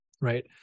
right